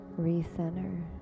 recenter